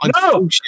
No